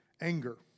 anger